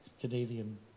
Canadian